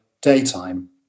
daytime